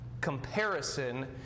Comparison